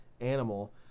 animal